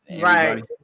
Right